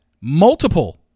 multiple